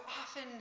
often